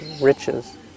riches